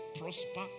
prosper